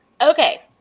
Okay